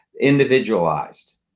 individualized